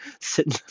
sitting